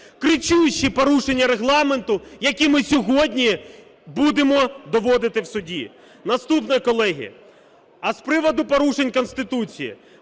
Кричущі порушення Регламенту, які ми сьогодні будемо доводити в суді. Наступне, колеги. А з приводу порушень Конституції.